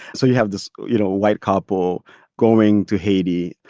so you have this, you know, white couple going to haiti.